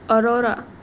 Arora